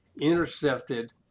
intercepted